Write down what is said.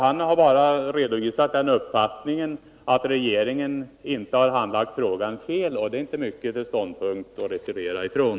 Han har bara redovisat uppfattningen att regeringen inte har handlagt frågan felaktigt, och det är inte mycket till ståndpunkt att retirera från.